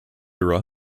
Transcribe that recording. era